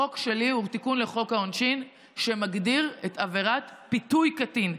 החוק שלי הוא תיקון לחוק העונשין שמגדיר את עבירת פיתוי קטין.